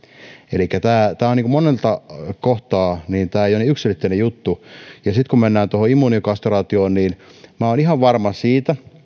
elikkä monelta kohtaa tämä ei ole niin yksiselitteinen juttu ja sitten jos mennään tuohon immunokastraatioon minä olen ihan varma siitä